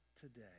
today